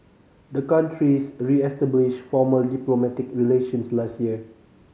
the countries reestablished formal diplomatic relations last year